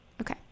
Okay